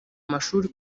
mashuri